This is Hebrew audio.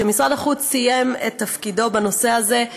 שמשרד החוץ סיים את תפקידו בנושא הזה.